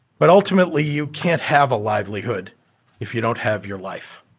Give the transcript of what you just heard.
but ultimately, you can't have a livelihood if you don't have your life.